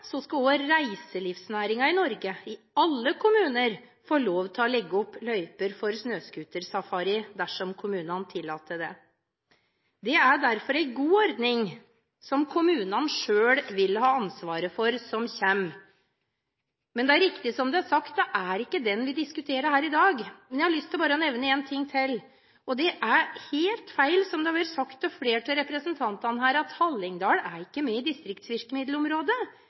skal også reiselivsnæringen i Norge – i alle kommuner – få lov til å legge opp løyper for snøscootersafari dersom kommunen tillater det. Det er derfor en god ordning, som kommunene selv vil ha ansvaret for, som kommer. Men det er riktig som det er blitt sagt: Det er ikke den vi diskuterer her i dag. Jeg har lyst til å nevne én ting til: Det er helt feil – og det er blitt sagt av flere av representantene – at Hallingdal ikke er med i distriktsvirkemiddelområdet.